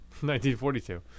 1942